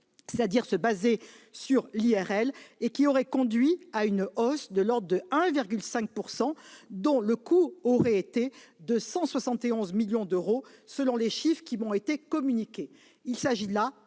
c'est-à-dire de se baser sur l'IRL, qui aurait conduit à une hausse de l'ordre de 1,5 %, mesure dont le coût aurait été de 171 millions d'euros selon les chiffres qui m'ont été communiqués.